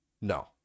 No